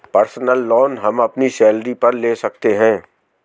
personal loan हम अपनी salary पर ले सकते है